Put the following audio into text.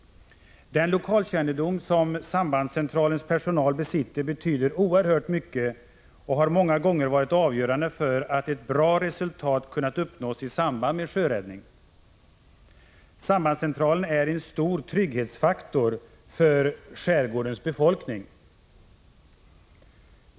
Den lokalkännedom som sambandscentralens personal besitter betyder oerhört mycket och har många gånger varit avgörande för att ett bra resultat kunnat uppnås i samband med sjöräddning. Sambandscentralen är en stor trygghetsfaktor för skärgårdens befolkning.